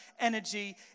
energy